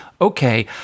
okay